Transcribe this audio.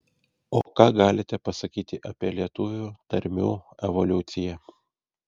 o ką galime pasakyti apie lietuvių tarmių evoliuciją